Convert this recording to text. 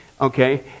okay